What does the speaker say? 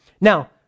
Now